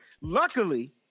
Luckily